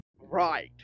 Right